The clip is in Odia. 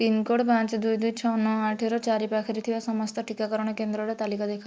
ପିନ୍କୋଡ଼୍ ପାଞ୍ଚେ ଦୁଇ ଦୁଇ ଛଅ ନଅ ଆଠେ ର ଚାରିପାଖରେ ଥିବା ସମସ୍ତ ଟିକାକରଣ କେନ୍ଦ୍ରର ତାଲିକା ଦେଖାଅ